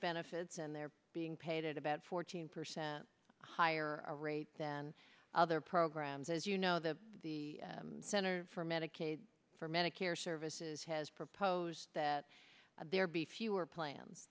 benefits and they're being paid about fourteen percent higher rate than other programs as you know the the center for medicaid for medicare services has proposed that there be fewer plans